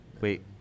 wait